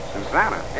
Susanna